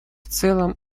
целом